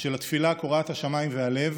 של התפילה קורעת השמיים והלב,